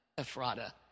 Ephrata